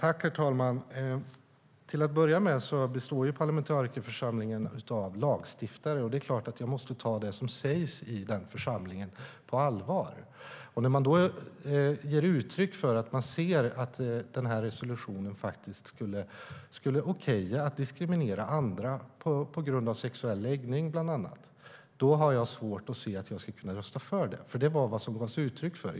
Herr talman! Till att börja med består parlamentarikerförsamlingen av lagstiftare. Det är klart att jag måste ta det som sägs i denna församling på allvar. När man ger uttryck för att man ser att resolutionen skulle okeja att diskriminera andra på grund av sexuell läggning, bland annat, har jag svårt att se att jag skulle kunna rösta för den. Det var vad som gavs uttryck för.